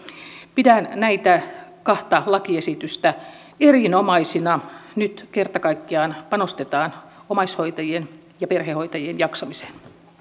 pidän näitä kahta lakiesitystä erinomaisina nyt kerta kaikkiaan panostetaan omaishoitajien ja perhehoitajien jaksamiseen